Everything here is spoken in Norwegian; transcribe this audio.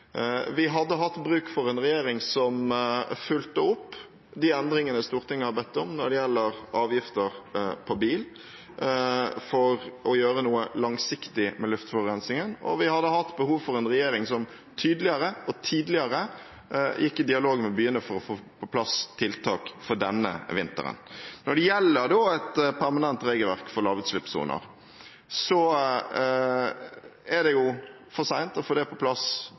Vi hadde hatt bruk for en regjering som fulgte opp de endringene Stortinget har bedt om når det gjelder avgifter på bil, for å gjøre noe langsiktig med luftforurensningen, og vi hadde hatt behov for en regjering som tydeligere og tidligere gikk i dialog med byene for å få på plass tiltak for denne vinteren. Når det gjelder et permanent regelverk for lavutslippssoner, er det for sent å få det på plass